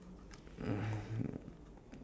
um